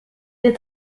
est